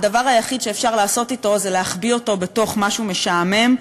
הדבר היחיד שאפשר לעשות אתו זה להחביא אותו בתוך משהו משעמם,